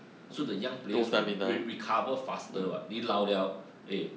so the young players will re~ recover faster [what] 你老 liao eh